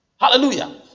Hallelujah